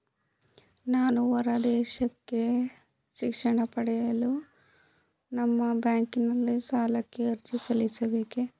ನಾನು ಹೊರದೇಶಕ್ಕೆ ಶಿಕ್ಷಣ ಪಡೆಯಲು ನಿಮ್ಮ ಬ್ಯಾಂಕಿನಲ್ಲಿ ಸಾಲಕ್ಕೆ ಅರ್ಜಿ ಸಲ್ಲಿಸಬಹುದೇ?